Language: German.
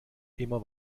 immer